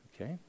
Okay